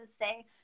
say